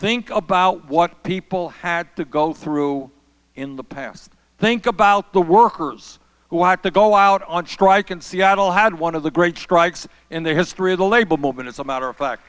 think about what people had to go through in the past think about the workers who had to go out on strike and seattle had one of the great strikes in the history of the labor movement as a matter of fact